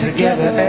Together